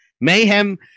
Mayhem